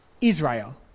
Israel